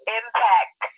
impact